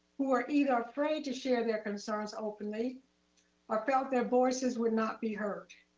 who are either afraid to share their concerns openly or felt their voices would not be heard